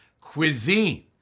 cuisine